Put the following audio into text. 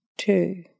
two